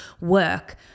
work